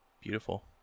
Beautiful